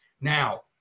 Now